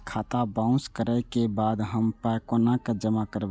खाता बाउंस करै के बाद हम पाय कोना जमा करबै?